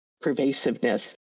pervasiveness